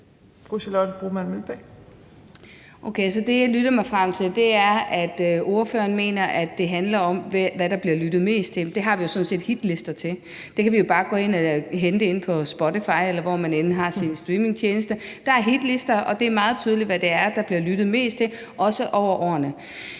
det, jeg lyttede mig frem til, er, at ordføreren mener, at det handler om, hvad der bliver lyttet mest til. Det har vi jo sådan set hitlister til. Det kan vi jo bare gå ind og hente inde på Spotify, eller hvor man end har sin streamingtjeneste. Der er hitlister, og det er meget tydeligt, hvad det er, der bliver lyttet mest til, også over årene.